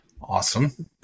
Awesome